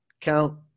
count